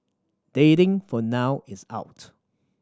dating for now is out